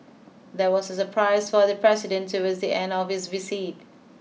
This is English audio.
there was a surprise for the president towards the end of his visit